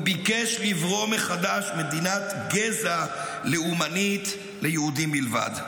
ביקש לברוא מחדש מדינת גזע לאומנית ליהודים בלבד.